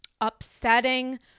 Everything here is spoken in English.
upsetting